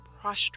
prostrate